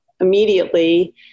immediately